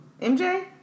MJ